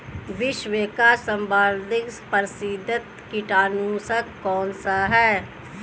विश्व का सर्वाधिक प्रसिद्ध कीटनाशक कौन सा है?